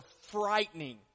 frightening